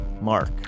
Mark